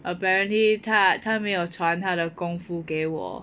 apparently 他他没有传他的功夫给我